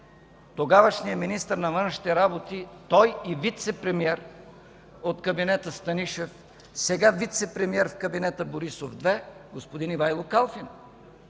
тогавашният министър на външните работи, той, и вицепремиер от кабинета Станишев, сега вицепремиер в кабинета Борисов 2 господин Ивайло Калфин.